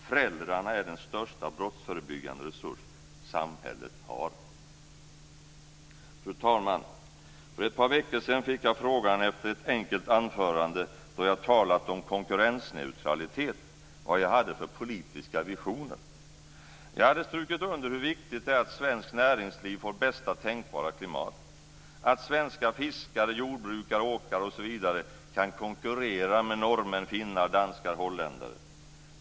Föräldrarna är den största brottsförebyggande resurs samhället har." Fru talman! För ett par veckor sedan fick jag, efter ett enkelt anförande då jag talat om konkurrensneutralitet, frågan vad jag hade för politiska visioner. Jag hade strukit under hur viktigt det är att svenskt näringsliv får bästa tänkbara klimat och att svenska fiskare, jordbrukare, åkare osv. kan konkurrera med norrmän, finnar, danskar och holländare.